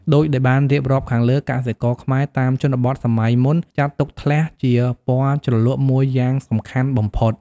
ដូចដែលបានរៀបរាប់ខាងលើ កសិករខ្មែរតាមជនបទសម័យមុនចាត់ទុកធ្លះជាពណ៌ជ្រលក់មួយយ៉ាងសំខាន់បំផុត។